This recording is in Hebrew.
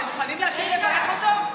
אתם מוכנים להפסיק לברך אותו?